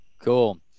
Cool